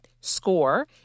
score